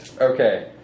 Okay